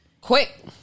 Quick